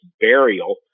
burial